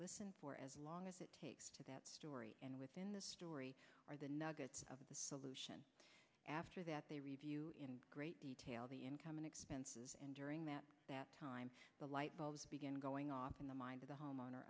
listen for as long as it takes to that story within the story are the nuggets of the solution after that they review in great detail the income and expenses and during that time the light bulbs begin going off in the mind of the homeowner